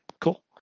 Cool